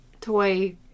toy